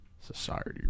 society